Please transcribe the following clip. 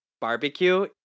barbecue